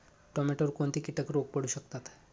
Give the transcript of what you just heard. टोमॅटोवर कोणते किटक रोग पडू शकतात?